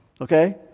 okay